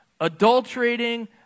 adulterating